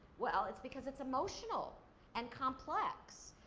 well, it's because it's emotional and complex.